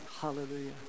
Hallelujah